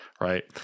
right